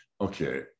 Okay